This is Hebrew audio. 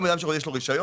היום אדם שיש לו רשיון